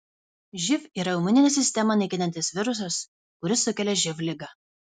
živ yra imuninę sistemą naikinantis virusas kuris sukelia živ ligą